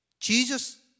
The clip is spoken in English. Jesus